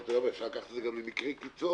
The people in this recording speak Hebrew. אפשר לקחת את זה גם למקרי קיצון,